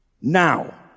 Now